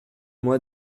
moi